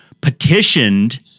petitioned